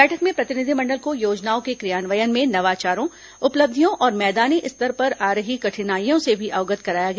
बैठक में प्रतिनिधिमंडल को योजनाओं के क्रियान्वयन में नवाचारों उपलब्धियों और मैदानी स्तर पर आ रही कठिनाईयों से भी अवगत कराया गया